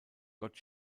gott